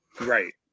Right